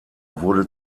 wurde